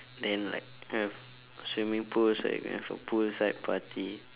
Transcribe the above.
then like a swimming pool like meant for poolside party